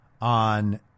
on